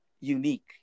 unique